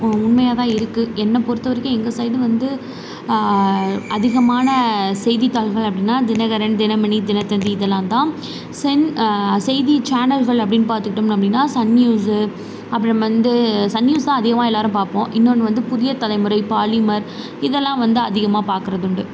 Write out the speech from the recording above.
உண்மையாகதான் இருக்குது என்னை பொறுத்தவரைக்கும் எங்கள் சைடு வந்து அதிகமான செய்தித்தாள்கள் அப்படினா தினகரன் தினமணி தினதந்தி இதலாம்தான் சென் செய்தி சேனல்கள் அப்படின்னு பார்த்துகிட்டோம் அப்படின்னா சன் நியூஸு அப்புறம் வந்து சன் நியூஸ் தான் அதிகமாக எல்லாேரும் பார்ப்போம் இன்னொன்று வந்து புதிய தலைமுறை பாலிமர் இதெலாம் வந்து அதிகமாக பார்க்குறது உண்டு